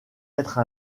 être